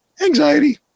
anxiety